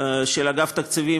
של אגף התקציבים,